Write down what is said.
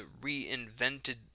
reinvented